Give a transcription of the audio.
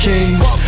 Kings